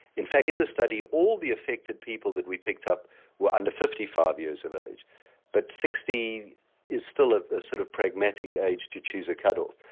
in fact in the study all the affected people that we picked up were under fifty five years of age but sixty is still a sort of pragmatic age to choose a cut-off.